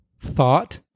thought